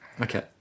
Okay